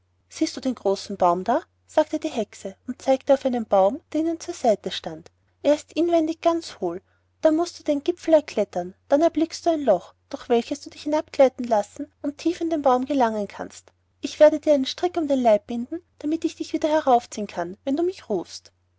siehst du den großen baum da sagte die hexe und zeigte auf einen baum der ihnen zur seite stand er ist inwendig ganz hohl da mußt du den gipfel erklettern dann erblickst du ein loch durch welches du dich hinabgleiten lassen und tief in den baum gelangen kannst ich werde dir einen strick um den leib binden damit ich dich wieder heraufziehen kann wenn du mich rufst